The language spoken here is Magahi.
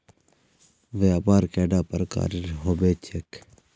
व्यापार कैडा प्रकारेर होबे चेक?